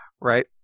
Right